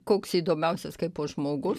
koks įdomiausias kaipo žmogus